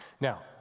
Now